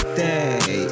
day